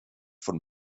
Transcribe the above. von